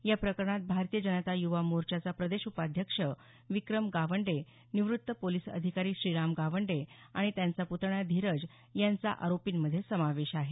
या प्रकरणात भारतीय जनता युवा मोर्चाचा प्रदेश उपाध्यक्ष विक्रम गावंडे निवृत्त पोलीस अधिकारी श्रीराम गावंडे आणि त्यांचा प्तण्या धीरज यांचा आरोपींमध्ये समावेश आहे